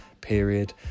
period